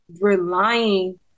relying